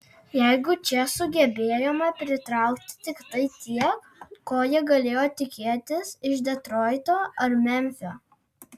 jeigu čia sugebėjome pritraukti tiktai tiek ko jie galėjo tikėtis iš detroito ar memfio